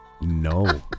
No